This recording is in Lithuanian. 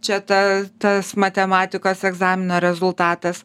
čia ta tas matematikos egzamino rezultatas